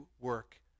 work